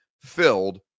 filled